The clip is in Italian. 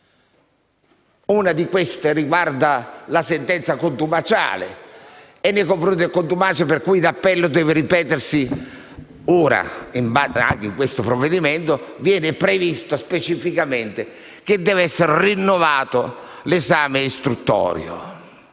Una di queste riguarda la sentenza contumaciale, nei confronti appunto del contumace, per cui, ora, l'appello deve ripetersi. E anche in questo provvedimento viene previsto specificamente che deve essere rinnovato l'esame istruttorio,